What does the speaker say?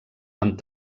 amb